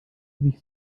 sich